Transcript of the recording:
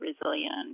resilient